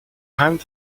hand